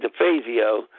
DeFazio